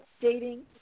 Dating